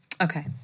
Okay